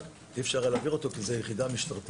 אי אפשר היה להעביר את זה כי זאת יחידה משטרתית